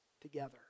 together